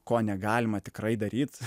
ko negalima tikrai daryt